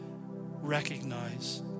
recognize